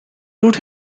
route